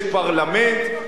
יש פרלמנט,